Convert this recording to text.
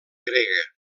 grega